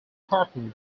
partner